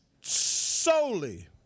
solely